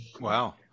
wow